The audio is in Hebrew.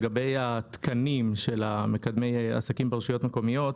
לגבי התקנים של מקדמי העסקים ברשויות המקומיות.